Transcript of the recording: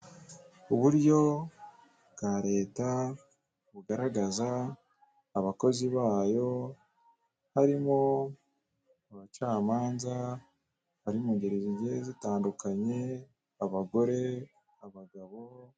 Uburyo bwa Leta bugaragaza abakozi bayo, harimo abacamanza bari mu ngeri zigiye zitandukanye abagore, abagabo.